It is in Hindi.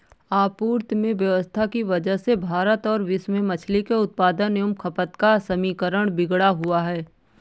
आपूर्ति में अव्यवस्था की वजह से भारत और विश्व में मछली के उत्पादन एवं खपत का समीकरण बिगड़ा हुआ है